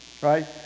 Right